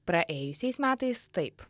praėjusiais metais taip